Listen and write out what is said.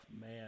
man